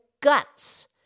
guts